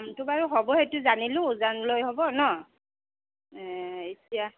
দামটো বাৰু হ'ব সেইটো জানিলোঁ হ'ব ন' এ এতিয়া